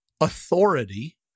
authority